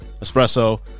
espresso